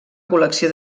col·lecció